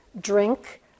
drink